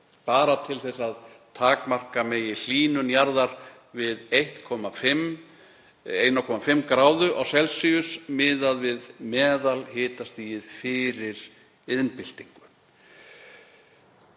bara til þess að takmarka megi hlýnun jarðar við 1,5°C miðað við meðalhitastigið fyrir iðnbyltingu.